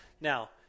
Now